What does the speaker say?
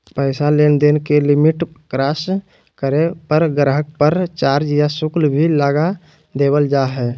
पैसा लेनदेन के लिमिट क्रास करे पर गाहक़ पर चार्ज या शुल्क भी लगा देवल जा हय